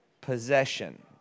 possession